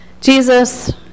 Jesus